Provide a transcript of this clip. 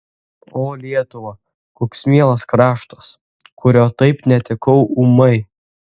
o lietuva koks mielas kraštas kurio taip netekau ūmai